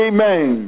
Amen